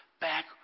back